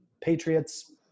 Patriots